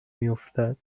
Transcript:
میافتد